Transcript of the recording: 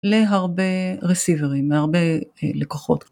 להרבה רסיברים, להרבה לקוחות.